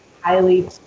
highly